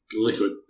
Liquid